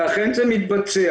ואכן זה מתבצע.